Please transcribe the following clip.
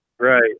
Right